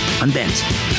unbent